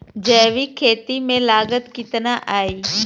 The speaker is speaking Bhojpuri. जैविक खेती में लागत कितना आई?